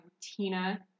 Tina